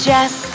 Jess